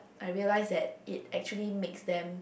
I realize that it actually makes them